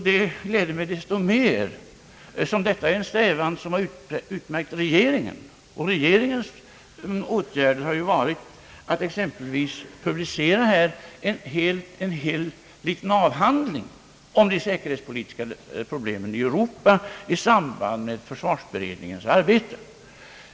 Detta gläder mig desto mer som regeringen har strävat just i den riktningen och exempelvis publicerat en hel liten avhandling om de säkerhetspolitiska problemen i Europa, i samband med försvarsberedningens arbete.